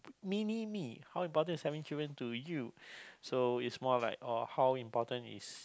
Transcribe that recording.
mini me how important is having children to you so it's more oh how important is